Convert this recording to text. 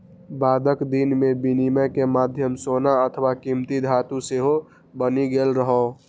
बादक दिन मे विनिमय के माध्यम सोना अथवा कीमती धातु सेहो बनि गेल रहै